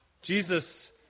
Jesus